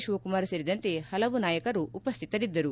ಶಿವಕುಮಾರ್ ಸೇರಿದಂತೆ ಪಲವು ನಾಯಕರು ಉಪಶ್ಥಿತರಿದ್ದರು